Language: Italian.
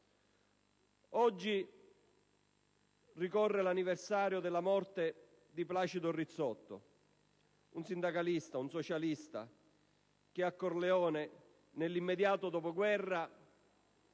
Oggi ricorre l'anniversario della morte di Placido Rizzotto, un sindacalista, un socialista, che a Corleone, nell'immediato dopoguerra,